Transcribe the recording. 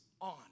on